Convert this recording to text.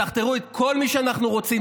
תחקרו את כל מי שאנחנו רוצים,